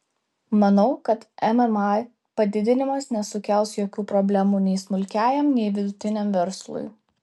manau kad mma padidinimas nesukels jokių problemų nei smulkiajam nei vidutiniam verslui